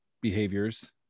behaviors